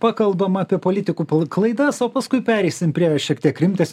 pakalbam apie politikų klaidas o paskui pereisim prie šiek tiek rimtes